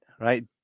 Right